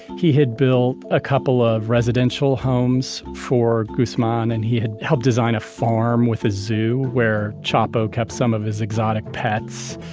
he had built a couple of residential homes for guzman, and he had helped design a farm with a zoo, where chapo kept some of his exotic pets.